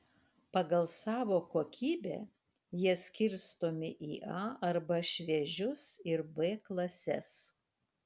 pagal savo kokybę jie skirstomi į a arba šviežius ir b klases